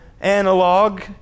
analog